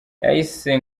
yahise